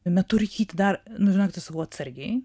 metu rūkyt dar nu žinokite sakau atsargiai